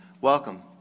welcome